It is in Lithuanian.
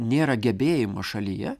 nėra gebėjimo šalyje